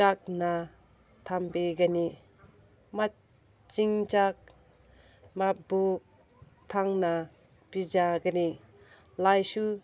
ꯀꯛꯅ ꯊꯝꯕꯤꯒꯅꯤ ꯃꯆꯤꯟꯖꯥꯛ ꯃꯕꯨꯛ ꯊꯟꯅ ꯄꯤꯖꯒꯅꯤ ꯂꯥꯏꯠꯁꯨ